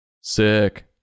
Sick